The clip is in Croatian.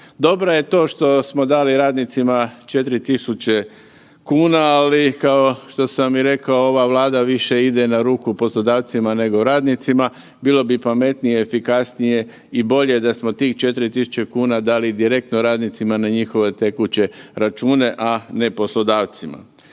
Dobro je to što smo dali radnicima 4.000 kuna ali kao što sam i rekao ova Vlada više ide na ruku poslodavcima nego radnicima, bilo bi pametnije, efikasnije i bolje da smo tih 4.000 kuna dali direktno radnicima na njihove tekuće račune, a ne poslodavcima.